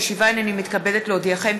הישיבה הנני מתכבדת להודיעכם,